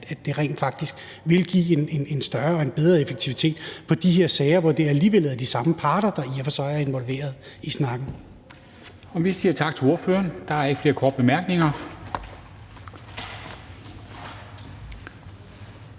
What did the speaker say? at det rent faktisk vil give en større effektivitet i de her sager, hvor det alligevel er de samme parter, der i og for sig er involveret i snakken. Kl. 16:05 Formanden (Henrik Dam Kristensen): Vi siger tak til ordføreren. Der er ikke flere korte bemærkninger.